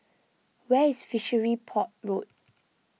where is Fishery Port Road